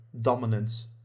dominance